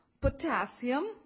potassium